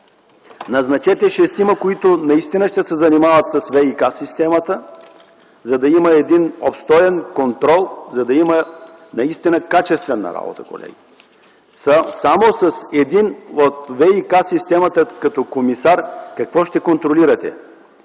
Назначете шестима, които наистина ще се занимават с ВиК системата, за да има обстоен контрол, за да има наистина качествена работа, колеги. Само с един от ВиК системата като комисар – какво ще контролирате?